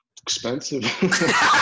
expensive